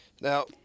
now